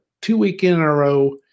two-week-in-a-row